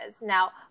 Now